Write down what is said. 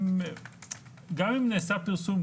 אם גם נעשה פרסום,